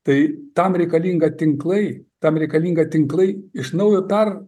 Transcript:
tai tam reikalinga tinklai tam reikalinga tinklai iš naujo per